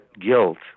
guilt